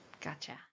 gotcha